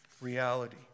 reality